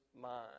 mind